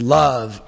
love